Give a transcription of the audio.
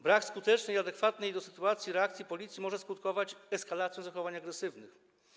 Brak skutecznej i adekwatnej do sytuacji reakcji policji może skutkować eskalacją zachowań agresywnych.